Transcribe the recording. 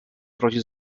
grozi